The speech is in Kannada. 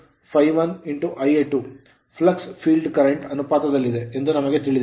flux ಫ್ಲಕ್ಸ್ field current ಕ್ಷೇತ್ರ ಕರೆಂಟ್ ಅನುಪಾತದಲ್ಲಿದೆ ಎಂದು ನಮಗೆ ತಿಳಿದಿದೆ